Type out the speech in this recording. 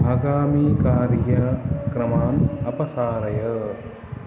आगामिकार्यक्रमान् अपसारय